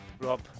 Rob